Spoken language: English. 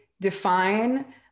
define